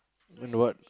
you know what